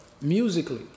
Musically